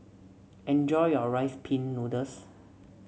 enjoy your Rice Pin Noodles